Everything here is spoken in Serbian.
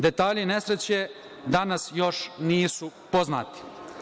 Detalji nesreće danas još nisu poznati.